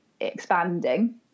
expanding